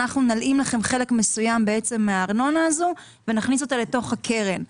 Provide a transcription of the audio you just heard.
אנחנו נלאים לכם חלק מסוים מהארנונה הזו ונכניס אותה לתוך הקרן.